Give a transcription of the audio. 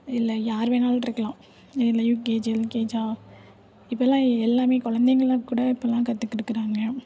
இல்லை யார் வேணாலும்ட்ருக்கலாம் இல்லை யூகேஜி எல்கேஜி இப்போல்லாம் எல்லாமே கொழந்தைங்கள்லாம் கூட இப்போல்லாம் கற்றுக் கொடுக்குறாங்க